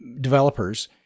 developers